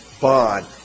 bond